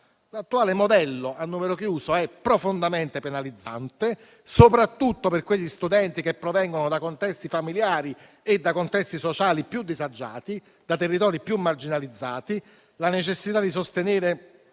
L'attuale modello a numero chiuso è profondamente penalizzante, soprattutto per quegli studenti che provengono da contesti familiari e sociali più disagiati, da territori più marginalizzati. La necessità di sostenere